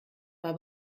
war